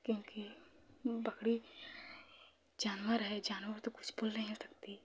क्योंकि बकरी जानवर है जानवर तो कुछ बोल नहीं सकती